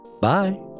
Bye